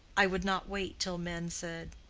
i would not wait till men said,